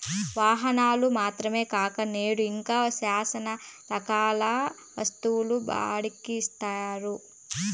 వాహనాలు మాత్రమే కాక నేడు ఇంకా శ్యానా రకాల వస్తువులు బాడుక్కి ఇత్తన్నారు